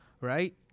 right